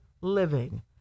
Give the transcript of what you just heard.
living